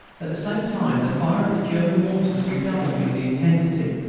at the same time the fire of the german mortars redoubled in intensity,